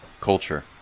Culture